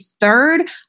third